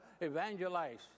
evangelize